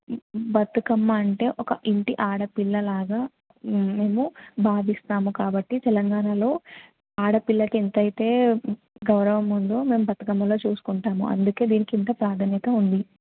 బతుకమ్మ అంటే ఒక ఇంటి ఆడపిల్ల లాగా మేము భావిస్తాము కాబట్టి తెలంగాణలో ఆడపిల్లకి ఎంతైతే గౌరవం ఉందో మేము బతుకమ్మలో చూసుకుంటాము అందుకే దీనికింత ప్రాధాన్యత ఉంది